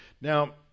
Now